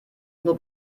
nur